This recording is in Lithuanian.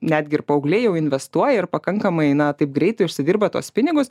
netgi ir paaugliai jau investuoja ir pakankamai na taip greitai užsidirba tuos pinigus